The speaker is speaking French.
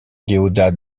déodat